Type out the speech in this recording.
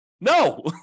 No